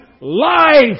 Life